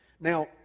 Now